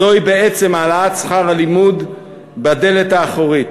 זוהי בעצם העלאת שכר הלימוד בדלת האחורית.